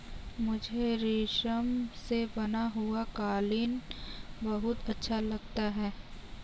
मुझे रेशम से बना हुआ कालीन बहुत अच्छा लगता है